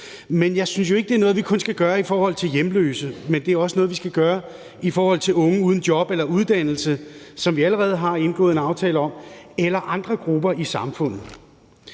Men jeg synes jo ikke, det kun er noget, vi skal gøre i forhold til hjemløse, men at det også er noget, vi skal gøre i forhold til unge uden job eller uddannelse, sådan som vi allerede har indgået en aftale om, eller andre grupper i samfundet.